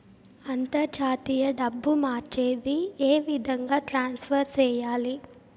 అంతర్జాతీయ డబ్బు మార్చేది? ఏ విధంగా ట్రాన్స్ఫర్ సేయాలి?